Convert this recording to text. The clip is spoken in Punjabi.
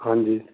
ਹਾਂਜੀ